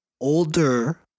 older